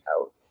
out